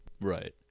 Right